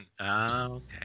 Okay